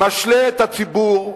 משלה את הציבור,